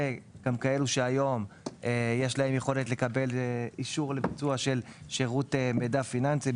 וגם לכאלה שכיום יש להם יכולת לקבלת אישור לביצוע של שירות מידע פיננסי,